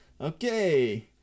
Okay